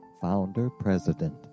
Founder-President